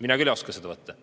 Mina küll ei oska seda [öelda].